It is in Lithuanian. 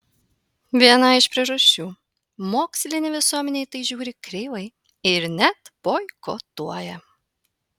viena iš priežasčių mokslinė visuomenė į tai žiūri kreivai ir net boikotuoja